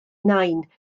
nain